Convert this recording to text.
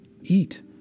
eat